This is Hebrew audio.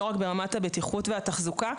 לא רק ברמת הבטיחות והתחזוקה,